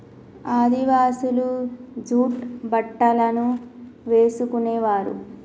ఆదివాసులు జూట్ బట్టలను వేసుకునేవారు